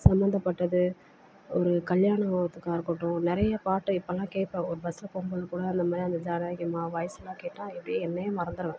சம்பந்தப்பட்டது ஒரு கல்யாணத்துக்காக இருக்கட்டும் நிறைய பாட்டு இப்போலாம் கேட்க ஒரு பஸில் போகும் போது கூட அந்தமாதிரி அந்த ஜானகி அம்மாலாம் வாயிஸ்லாம் கேட்டால் அப்படியே என்னையே மறந்துடுவேன்